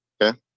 okay